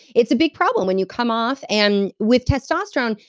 it's a big problem, when you come off, and with testosterone,